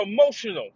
emotional